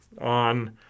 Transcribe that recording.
on